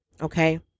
Okay